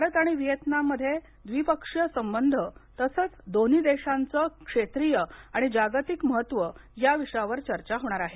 भारत आणि व्हीएतनाम मध्ये द्विपक्षीय संबंध तसच दोन्ही देशाचं क्षेत्रीय आणि जागतिक महत्त्व या विषयावर चर्चा होणार आहे